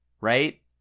Right